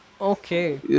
Okay